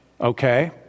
Okay